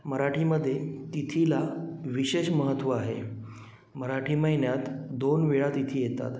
मराठीमध्ये तिथीला विशेष महत्त्व आहे मराठी महिन्यात दोन वेळा तिथी येतात